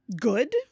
good